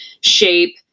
shape